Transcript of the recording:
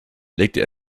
legte